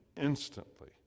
instantly